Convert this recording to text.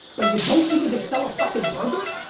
but you don't think it could sell a fucking burger?